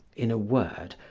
in a word,